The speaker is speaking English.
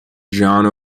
john